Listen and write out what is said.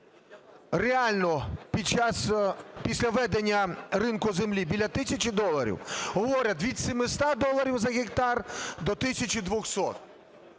реально після введення ринку землі біля тисячі доларів, говорять, від 700 доларів за гектар до 1200.